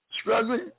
struggling